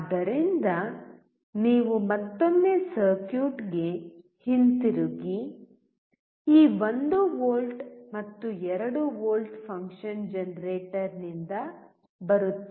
ಆದ್ದರಿಂದ ನೀವು ಮತ್ತೊಮ್ಮೆ ಸರ್ಕ್ಯೂಟ್ಗೆ ಹಿಂತಿರುಗಿ ಈ 1 ವೋಲ್ಟ್ ಮತ್ತು 2 ವೋಲ್ಟ್ ಫಂಕ್ಷನ್ ಜನರೇಟರ್ ನಿಂದ ಬರುತ್ತಿದೆ